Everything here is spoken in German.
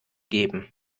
geben